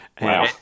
Wow